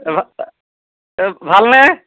ভালনে